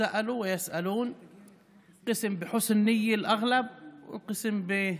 הסכם קואליציוני ראשון בישראל.